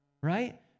right